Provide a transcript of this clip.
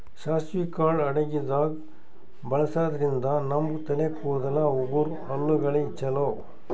ಸಾಸ್ವಿ ಕಾಳ್ ಅಡಗಿದಾಗ್ ಬಳಸಾದ್ರಿನ್ದ ನಮ್ ತಲೆ ಕೂದಲ, ಉಗುರ್, ಹಲ್ಲಗಳಿಗ್ ಛಲೋ